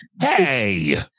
hey